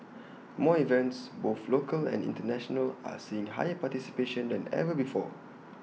more events both local and International are seeing higher participation than ever before